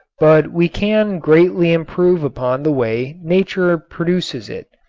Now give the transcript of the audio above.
but we can greatly improve upon the way nature produces it.